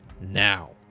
now